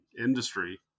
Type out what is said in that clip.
industry